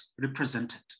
represented